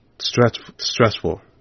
Stressful